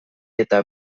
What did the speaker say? eta